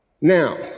Now